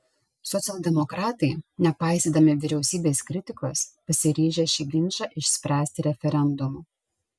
socialdemokratai nepaisydami vyriausybės kritikos pasiryžę šį ginčą išspręsti referendumu